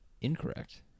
Incorrect